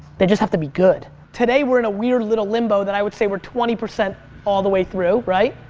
they just have to be good. today we're in a weird little limbo that i would say we're twenty percent all the way through, right?